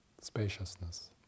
spaciousness